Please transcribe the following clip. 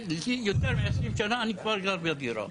יותר מ-20 שנים אני כבר גר בדירה.